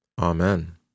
Amen